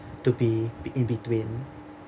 to be in between